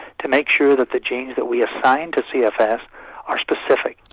to make sure that the genes that we assign to cfs are specific.